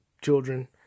children